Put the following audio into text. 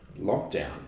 lockdown